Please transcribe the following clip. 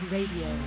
Radio